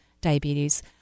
diabetes